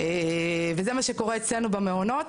וזה מה שקורה אצלנו במעונות,